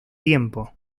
tiempo